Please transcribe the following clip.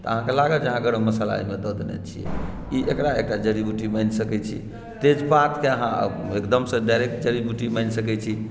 तऽ अहाँकेँ लागत जे गरम मसाला अहाँ दऽ देने छी ई एकरा एकटा जड़ी बुटि मानि सकै छी तेजपातकेँ अहाँ एकदम से डाइरेक्ट जड़ी बुटि मानि सकैछी